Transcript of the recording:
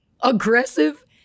aggressive